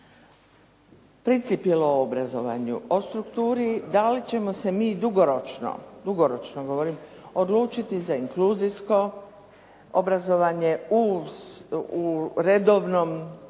principilno obrazovanju, o strukturi, da li ćemo se mi dugoročno, dugoročno govorim, odlučiti za inkluzijsko obrazovanje u redovnom obrazovnom